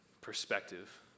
perspective